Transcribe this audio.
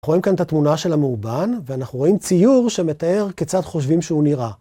רואים כאן את התמונה של המאובן, ואנחנו רואים ציור שמתאר כיצד חושבים שהוא נראה.